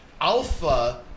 alpha